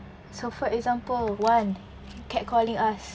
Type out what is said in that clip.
so for example one catcalling us